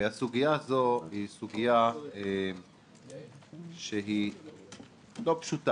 הסוגיה הזו היא סוגיה לא פשוטה,